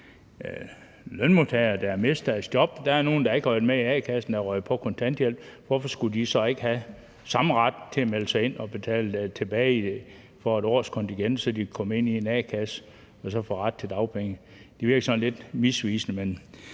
lønmodtagere, der har mistet deres job - der er nogle, der ikke har været med i a-kassen, der er røget på kontanthjælp – ikke skulle have samme ret til at melde sig ind og betale for 1 års kontingent, så de kan komme ind i en a-kasse og så få ret til dagpenge. Det virker sådan lidt misvisende.